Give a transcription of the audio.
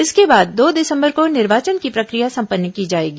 इसके बाद दो दिसंबर को निर्वाचन की प्रशिक्र या संपन्न की जाएगी